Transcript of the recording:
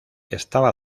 estaba